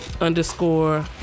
underscore